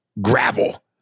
gravel